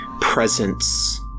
presence